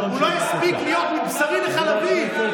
מה שאתם עושים, אתם מדירים ציבור שלם.